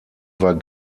war